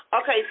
Okay